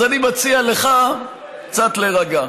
אז אני מציע לך קצת להירגע.